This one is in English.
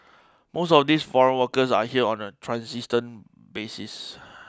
most of these foreign workers are here on a transient basis